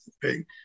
big